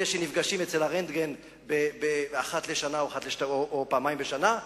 אלה שנפגשים אצל "הרנטגן" אחת לשנה או פעמיים בשנה,